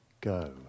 Go